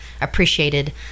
appreciated